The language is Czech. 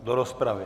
Do rozpravy.